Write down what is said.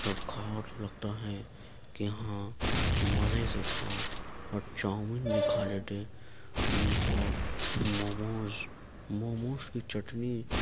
جب کھاؤ تو لگتا ہے کہ ہاں مزے سے کھاؤ اور چاؤمن بھی کھا لیتے اور موموز موموز کی چٹنی